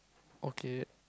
okay